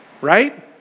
Right